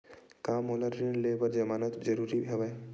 का मोला ऋण ले बर जमानत जरूरी हवय?